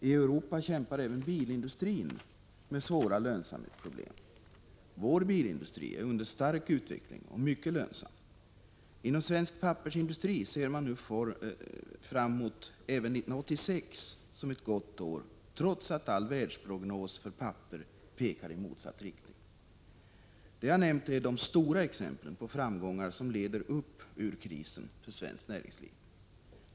I Europa kämpar även bilindustrin med svåra lönsamhetsproblem. Vår bilindustri är under stark utveckling och mycket lönsam. Inom svensk pappersindustri ser man fram mot även 1986 som ett gott år trots att all världsprognos för papper pekar i motsatt riktning. Det jag nämnt är de stora exemplen på framgångar som leder upp ur krisen för svenskt näringsliv.